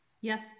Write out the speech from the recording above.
Yes